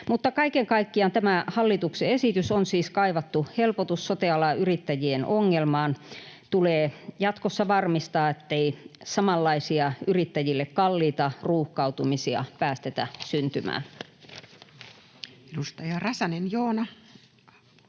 Mutta kaiken kaikkiaan tämä hallituksen esitys on siis kaivattu helpotus sote-alan yrittäjien ongelmaan. Tulee jatkossa varmistaa, ettei samanlaisia, yrittäjille kalliita ruuhkautumisia päästetä syntymään. [Speech 9] Speaker: Toinen